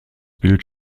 bild